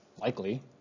likely